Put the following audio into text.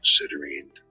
considering